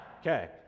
Okay